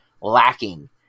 lacking